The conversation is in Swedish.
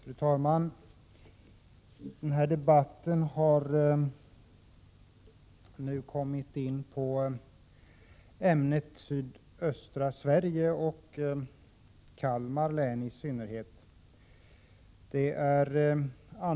Fru talman! Den här debatten har nu för andra gången kommit in på ämnet sydöstra Sverige och Kalmar län i synnerhet.